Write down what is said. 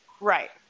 Right